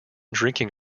drinking